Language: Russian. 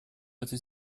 этой